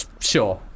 sure